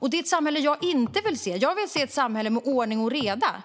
Det är ett samhälle jag inte vill ha. Jag vill se ett samhälle med ordning och reda,